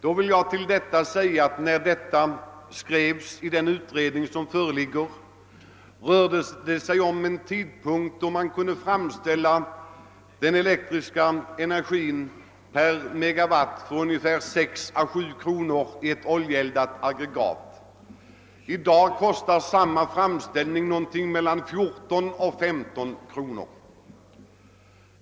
Härtill vill jag säga att när detta skrevs i den föreliggande utredningen rörde det sig om en tidpunkt, då man i ett oljeeldat aggregat kunde framställa den elektriska energin per G-kal. för 6— 7 kronor. I dag kostar det 14—15 kronor.